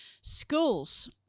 schools